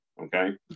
Okay